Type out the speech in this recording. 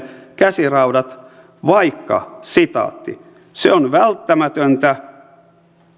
käsiraudat vaikka se on välttämätöntä